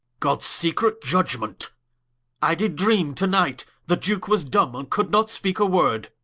gods secret iudgement i did dreame to night, the duke was dumbe, and could not speake a word.